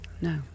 No